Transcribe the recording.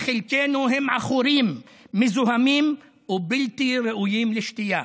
ולחלקנו עכורים, מזוהמים ובלתי ראויים לשתייה.